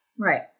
Right